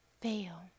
fail